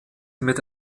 mit